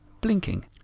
blinking